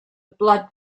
blood